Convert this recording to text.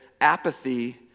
apathy